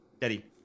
Daddy